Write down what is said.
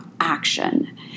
action